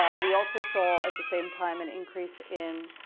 ah we also saw at the same time, an increase in